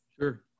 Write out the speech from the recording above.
Sure